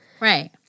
Right